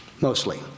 mostly